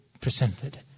presented